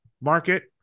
market